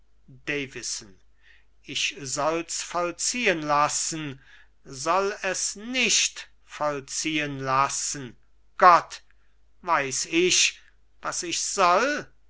ich soll's vollziehen lassen soll es nicht vollziehen lassen gott weiß ich was ich soll